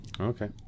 Okay